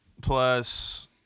plus